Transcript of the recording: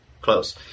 close